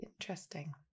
interesting